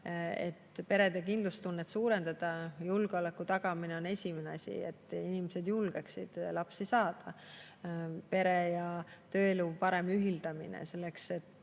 et perede kindlustunnet suurendada. Julgeoleku tagamine on esimene asi, et inimesed julgeksid lapsi saada. Pere‑ ja tööelu parem ühildamine selleks, et